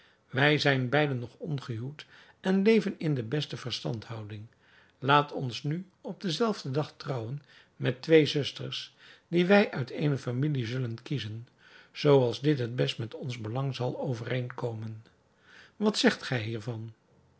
wij zijn beiden nog ongehuwd en leven in de beste verstandhouding laat ons nu op den zelfden dag trouwen met twee zusters die wij uit eene familie zullen kiezen zoo als dit het best met ons belang zal overeenkomen wat zegt gij hiervan